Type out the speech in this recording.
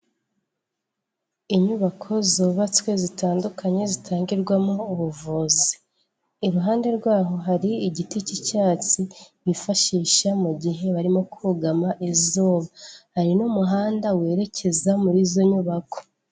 Inyubako zubatswe zitandukanye zitangirwamo ubuvuzi, iruhande rw'aho hari igiti cy'icyatsi bifashisha mu gihe barimo kugama izuba, hari n'umuhanda werekeza muri izo nyubako.